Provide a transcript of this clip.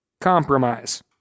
Compromise